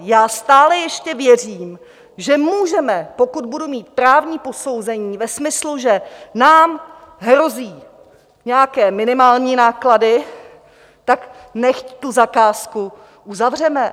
Já stále ještě věřím, že můžeme, pokud budu mít právní posouzení ve smyslu, že nám hrozí nějaké minimální náklady, tak nechť tu zakázku uzavřeme.